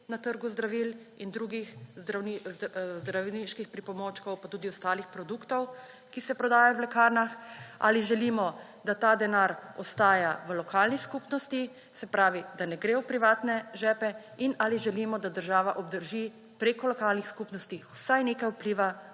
na trgu zdravil in drugih zdravniških pripomočkov, pa tudi ostalih produktov, ki se prodajajo v lekarnah, ali želimo, da ta denar ostaja v lokalni skupnosti, se pravi, da ne gre v privatne žepe, in ali želimo, da država obdrži preko lokalnih skupnosti vsaj nekaj vpliva